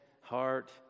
heart